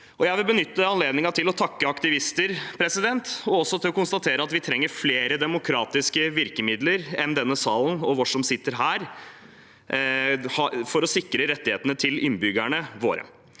Jeg vil benytte anledningen til å takke aktivister og til å konstatere at vi trenger flere demokratiske virkemidler enn vi har i denne salen her, for å sikre rettighetene til innbyggerne våre.